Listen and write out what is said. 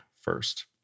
first